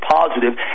positive